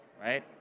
right